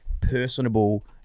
personable